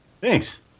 Thanks